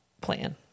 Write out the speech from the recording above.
plan